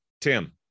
tim